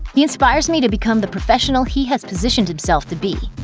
he inspires me to become the professional he has positioned himself to be.